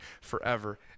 forever